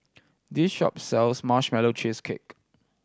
this shop sells Marshmallow Cheesecake